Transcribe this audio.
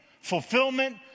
fulfillment